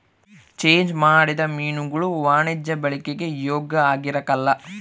change ಮಾಡಿದ ಮೀನುಗುಳು ವಾಣಿಜ್ಯ ಬಳಿಕೆಗೆ ಯೋಗ್ಯ ಆಗಿರಕಲ್ಲ